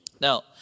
Now